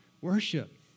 worship